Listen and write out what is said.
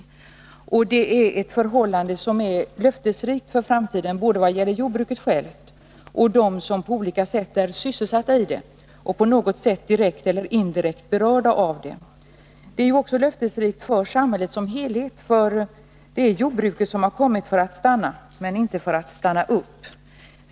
Det är ett förhållande som är löftesrikt för framtiden i vad gäller både jordbruket självt och dem som på olika sätt är sysselsatta i det och på något sätt är direkt eller indirekt berörda av det. Det är också löftesrikt för samhället som helhet: Jordbruket har kommit för att stanna, men inte för att stanna upp.